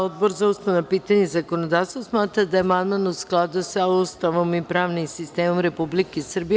Odbor za ustavna pitanja i zakonodavstvo smatra da je amandman u skladu sa Ustavom i pravnim sistemom Republike Srbije.